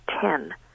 ten